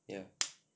ya